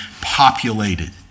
populated